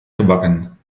gebakken